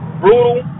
brutal